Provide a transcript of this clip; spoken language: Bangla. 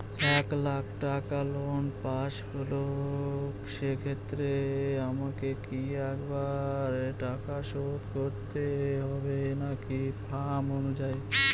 এক লাখ টাকা লোন পাশ হল সেক্ষেত্রে আমাকে কি একবারে টাকা শোধ করতে হবে নাকি টার্ম অনুযায়ী?